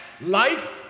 life